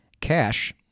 Cash